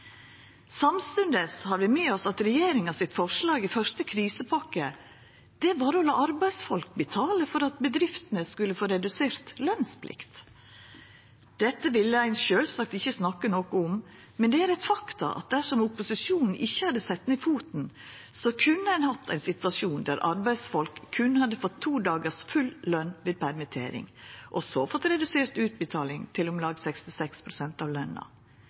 Samstundes har vi med oss at regjeringa sitt forslag i første krisepakke var å lata arbeidsfolk betala for at bedriftene skulle få redusert lønsplikt. Dette ville ein sjølvsagt ikkje snakka noko om, men det er eit faktum at dersom opposisjonen ikkje hadde sett ned foten, kunne ein ha hatt ein situasjon der arbeidsfolk berre hadde fått to dagars full løn ved permittering og så fått redusert utbetaling til om lag 66 pst. av